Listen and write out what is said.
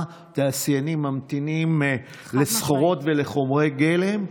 תעשיינים ממתינים לסחורות ולחומרי גלם,